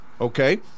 Okay